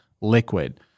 liquid